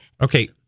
Okay